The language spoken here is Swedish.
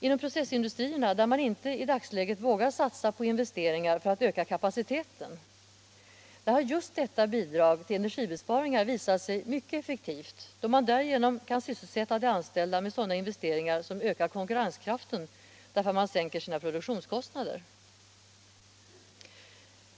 Inom processindustrierna, där man inte i dagsläget vågar satsa på investeringar för att öka kapaciteten, har just detta bidrag till energibesparing visat sig mycket effektivt, då man därigenom kan sysselsätta de anställda med sådana investeringar som ökar konkurrenskraften, eftersom man sänker sina produktionskostnader.